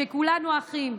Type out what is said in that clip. שכולנו אחים,